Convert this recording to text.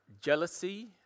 jealousy